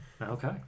Okay